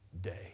day